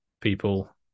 people